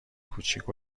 کوچیک